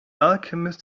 alchemist